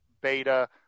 beta